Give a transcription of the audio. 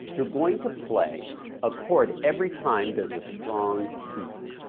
you're going to play a chord every time there's a strong beat.